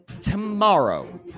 tomorrow